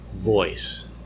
voice